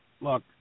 Look